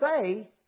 say